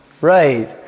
Right